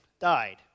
died